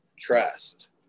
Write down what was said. trust